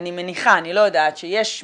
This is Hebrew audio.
אני מניחה, אני לא יודעת, שיש ביניהם,